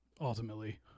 ultimately